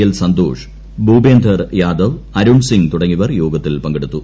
L Santhosh Bhupender Yadav Arun Singh തുടങ്ങിയവർ യോഗത്തിൽ പങ്കെടുത്തു